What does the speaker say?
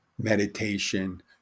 meditation